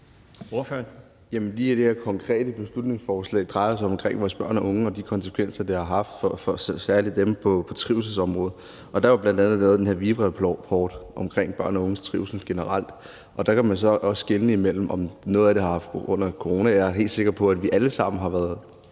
det her konkrete beslutningsforslag drejer sig om vores børn og unge og de konsekvenser, det har haft for særlig dem på trivselsområdet. Der er jo bl.a. lavet den her VIVE-rapport om børn og unges trivsel generelt, og der kan man også skelne, i forhold til hvad der er på grund af corona. Jeg er helt sikker på, at vi alle sammen har været